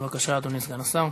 בבקשה, אדוני סגן השר.